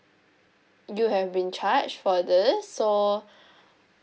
you have been charged for this so